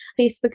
Facebook